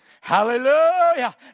Hallelujah